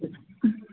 ಹ್ಞೂ